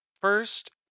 first